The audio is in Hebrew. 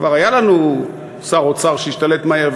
כבר היה לנו שר אוצר שהשתלט מהר,